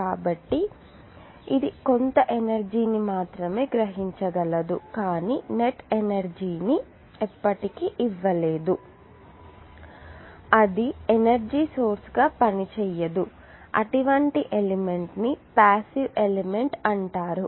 కాబట్టి ఇది కొంత ఎనర్జీ ని మాత్రమే గ్రహించగలదు కానీ నెట్ ఎనర్జీ ని ఎప్పటికీ ఇవ్వలేదు అది ఎనర్జీ సోర్స్ గా పనిచేయదు అటువంటి ఎలిమెంట్ ని పాసివ్ ఎలిమెంట్ అంటారు